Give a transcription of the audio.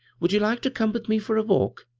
would you like to come with me for a walk?